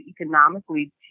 economically